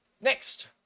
Next